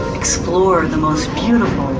explore the most beautiful,